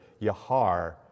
yahar